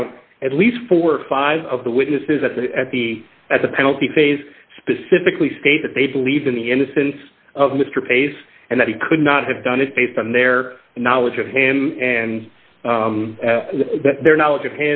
count at least four or five of the witnesses at the at the at the penalty phase specifically state that they believed in the innocence of mr pace and that he could not have done it based on their knowledge of him and that their knowledge of